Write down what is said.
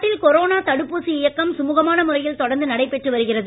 நாட்டில் கொரோனா தடுப்பூசி இயக்கம் சுமுகமான முறையில் தொடர்ந்து நடைபெற்று வருகிறது